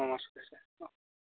নমস্কাৰ ছাৰ